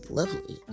lovely